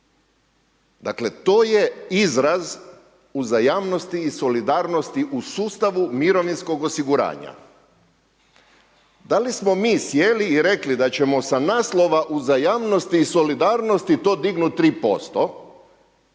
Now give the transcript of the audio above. Dakle to je izraz uzajamnosti i solidarnosti u sustavu mirovinskog osiguranja. Da li smo mi sjeli i rekli da ćemo sa naslova uzajamnosti i solidarnosti to dignut 3%